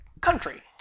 country